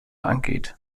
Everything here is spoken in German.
angeht